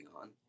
on